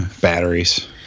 Batteries